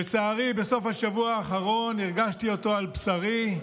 לצערי, בסוף השבוע האחרון הרגשתי אותו על בשרי.